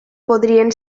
podrien